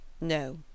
no